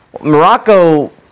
Morocco